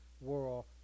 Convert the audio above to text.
world